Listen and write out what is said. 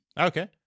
Okay